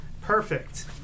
Perfect